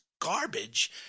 garbage